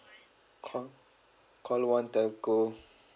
call call one telco